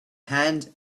hand